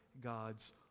God's